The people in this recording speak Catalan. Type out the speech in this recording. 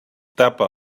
tapa